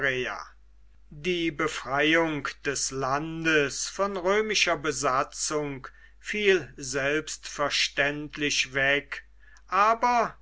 die befreiung des landes von römischer besatzung fiel selbstverständlich weg aber